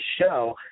show